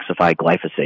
glyphosate